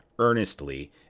earnestly